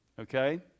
okay